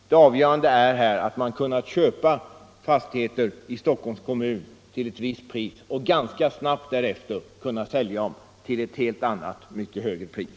Det avgörande är att man kunnat köpa fastigheter i Stockholms kommun till ett visst pris och ganska snabbt därefter kunnat sälja dem till ett helt annat, mycket högre pris.